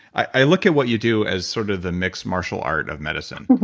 i look at what you do as sort of the mixed martial art of medicine